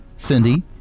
Cindy